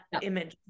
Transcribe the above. image